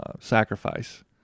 Sacrifice